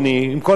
עם כל הכבוד,